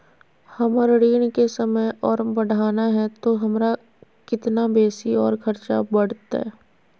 हमर ऋण के समय और बढ़ाना है तो हमरा कितना बेसी और खर्चा बड़तैय?